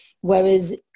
Whereas